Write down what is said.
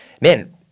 Man